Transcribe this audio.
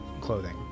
clothing